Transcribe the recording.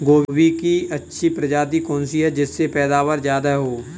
गोभी की अच्छी प्रजाति कौन सी है जिससे पैदावार ज्यादा हो?